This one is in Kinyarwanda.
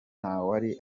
ntawari